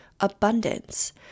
abundance